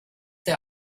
der